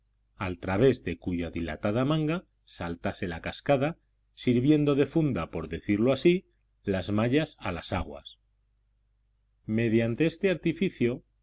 al través de cuya dilatada manga saltase la cascada sirviendo de funda por decirlo así las mallas a las aguas mediante este artificio